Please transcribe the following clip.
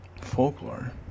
Folklore